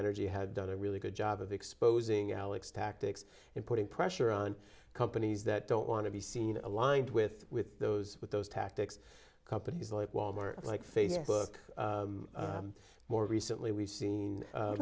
energy have done a really good job of exposing alex tactics in putting pressure on companies that don't want to be seen aligned with with those with those tactics companies like wal mart like facebook more recently we've seen